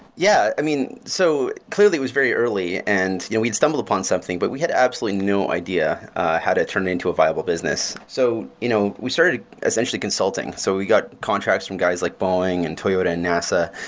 yeah. so clearly it was very early. and you know we'd stumble upon something, but we had absolutely no idea how to turn into a viable business. so you know we started essentially consulting. so we got contracts from guys like boeing and toyota and nasa,